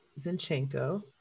Zinchenko